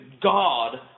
God